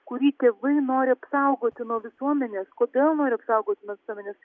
kurį tėvai nori apsaugoti nuo visuomenės kodėl nori apsaugot nuo visuomenės